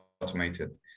automated